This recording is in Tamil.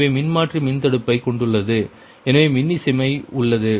எனவே மின்மாற்றி மின்தடுப்பைக் கொண்டுள்ளது எனவே மின்னிசைமை உள்ளது